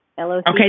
Okay